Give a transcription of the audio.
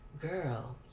girl